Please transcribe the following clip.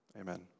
Amen